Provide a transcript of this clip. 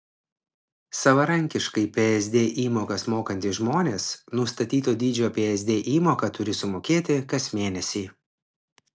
savarankiškai psd įmokas mokantys žmonės nustatyto dydžio psd įmoką turi sumokėti kas mėnesį